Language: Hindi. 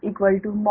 Vpu